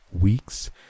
weeks